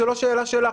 זו לא שאלה שלך,